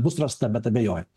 bus rasta bet abejoju